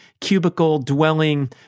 cubicle-dwelling